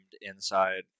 inside